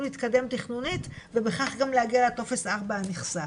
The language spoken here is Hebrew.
להתקדם תכנונית ובכך גם להגיע גם לטופס 4 הנכסף.